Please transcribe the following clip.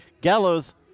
Gallows